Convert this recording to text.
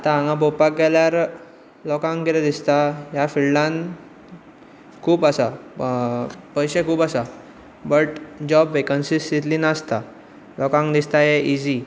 आतां हांगा पोवपाक गेल्यार लोकांक कितें दिसता ह्या फिल्डांत खूब आसा पयशे खूब आसा बट जॉब वेकन्सी तितली नासता लोकांक दिसता हें इजी